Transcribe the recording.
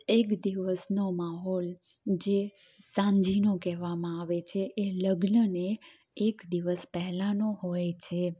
એક દિવસનો માહોલ જે સાંજનો કહેવામાં આવે છે એ લગ્નને એક દિવસ પહેલાનો હોય છે